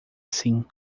assim